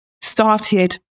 started